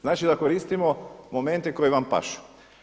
Znači da koristimo momente koji vam pašu.